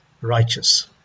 righteous